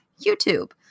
YouTube